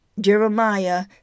Jeremiah